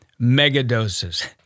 megadoses